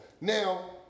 Now